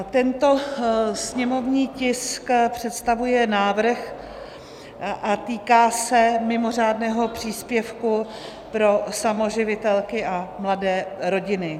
Tento sněmovní tisk představuje návrh a týká se mimořádného příspěvku pro samoživitelky a mladé rodiny.